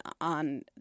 on